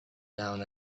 down